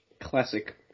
classic